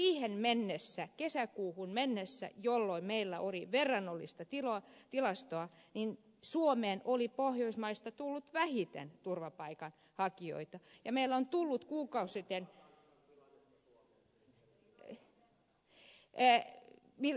mutta siihen mennessä kesäkuuhun mennessä jolloin meillä oli verrannollista tilastoa suomeen oli pohjoismaista tullut vähiten turvapaikanhakijoita ja meille on tullut kuukausi sitten